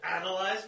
analyze